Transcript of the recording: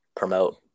promote